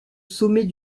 sommet